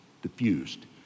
Diffused